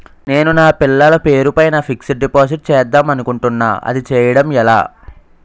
నేను నా పిల్లల పేరు పైన ఫిక్సడ్ డిపాజిట్ చేద్దాం అనుకుంటున్నా అది చేయడం ఎలా?